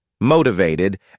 motivated